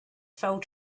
fell